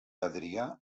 adrià